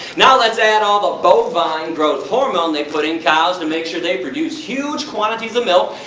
now let's add all the bovine growth hormone they put in cows to make sure they provide huge huge quantities of milk,